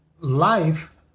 Life